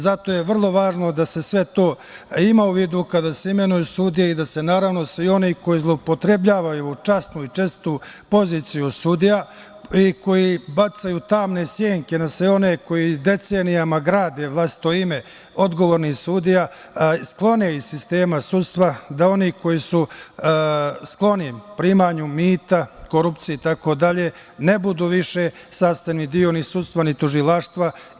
Zato je vrlo važno da se sve to ima u vidu kada se imenuju sudije i da se naravno, svi oni koji zloupotrebljavaju časnu i čestitu poziciju sudija i koji bacaju tamne senke na sve one koji decenijama grade vlastito ime, odgovornih sudija, sklone iz sistema sudstva, da oni koji su skloni primanju mita, korupcije itd. ne budu više sastavni deo ni sudstva, ni tužilaštva.